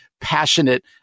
passionate